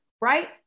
right